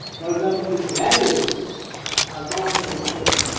for example this latches are not really ideal,